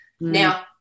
Now